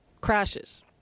Crashes